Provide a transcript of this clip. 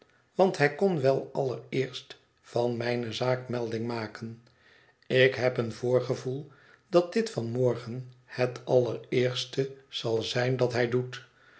want hij kon wel allereerst van mijne zaak melding maken ik heb een voorgevoel dat dit van morgen het allereerste zal zijn dat hij doet